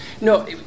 No